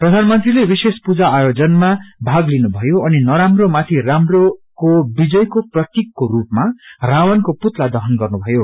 प्रधानमंत्रीले विशेष पूजा आयोजनमा भाग लिनु भयो अनि नराम्रो माथि राम्रोको विजयको प्रतिकको रूपमा रावणको पुतला दहन गर्नुभो